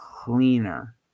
cleaner